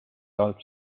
halb